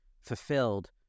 fulfilled